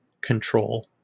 control